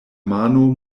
mano